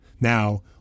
Now